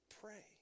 pray